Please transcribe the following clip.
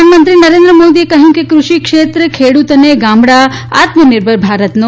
પ્રધાનમંત્રી નરેન્દ્ર મોદીએ કહ્યું કે કૃષિક્ષેત્ર ખેડૂત અને ગામડા આત્મનિર્ભર ભારતનો